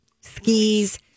Skis